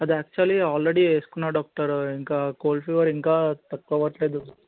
అది actually already వేసుకున్న doctor ఇంకా కోల్డ్ ఫీవర్ ఇంకా తక్కువ అవట్లేదు